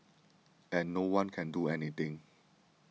and no one can do anything